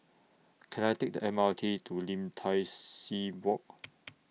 Can I Take The M R T to Lim Tai See Walk